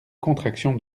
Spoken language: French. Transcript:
contraction